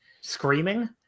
screaming